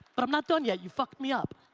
but i'm not done yet, you fucked me up.